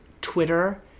Twitter